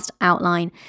outline